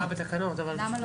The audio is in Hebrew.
בתקנות.